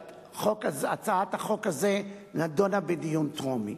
כשהצעת החוק הזאת נדונה בדיון טרומי.